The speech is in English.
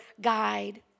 guide